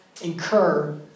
incur